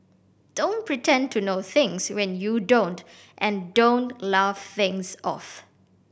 don't pretend to know things when you don't and don't laugh things off